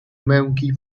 męki